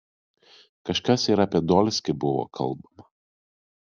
kažkas ir apie dolskį buvo kalbama